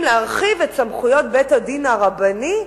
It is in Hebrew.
להרחיב את סמכויות בית-הדין הרבני,